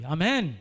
Amen